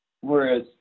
whereas